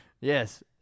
Yes